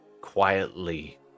quietly